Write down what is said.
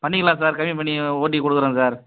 பண்ணிக்கலாம் சார் கம்மி பண்ணி ஓட்டி கொடுக்குறேன் சார்